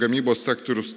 gamybos sektorius